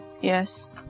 yes